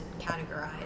categorize